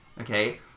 okay